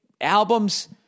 albums